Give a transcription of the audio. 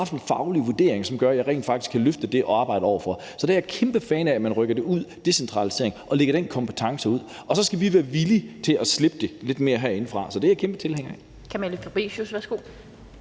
træffe en faglig vurdering, som gør, at jeg rent faktisk kan løfte det arbejde. Så derfor er jeg kæmpe fan af, at man rykker det ud, decentraliserer det, og lægger den kompetence ud. Og så skal vi være villige til at slippe det lidt mere herindefra. Så det er jeg kæmpe tilhænger af.